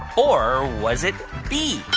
or was it b,